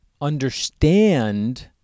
understand